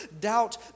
doubt